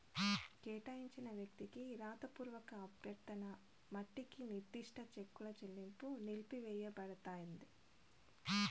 కేటాయించిన వ్యక్తికి రాతపూర్వక అభ్యర్థన మట్టికి నిర్దిష్ట చెక్కుల చెల్లింపు నిలిపివేయబడతాంది